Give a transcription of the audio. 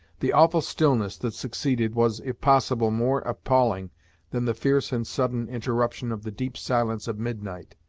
the awful stillness that succeeded was, if possible, more appalling than the fierce and sudden interruption of the deep silence of midnight.